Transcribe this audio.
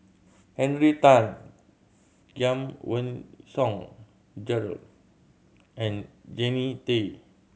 Henry Tan Giam Song Gerald and Jannie Tay